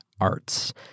Arts